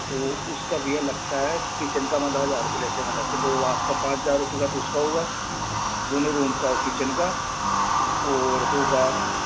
तो उसका भैया लगता है किचन का मतलब हज़ार रुपये लेते हैं हम अलग से तो वो आपका पाँच हज़ार का तो उसका होगा दोनों रूम का और किचन का और होगा